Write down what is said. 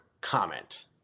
comment